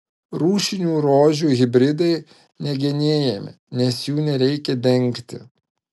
rūšinių rožių hibridai negenėjami nes jų nereikia dengti